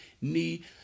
need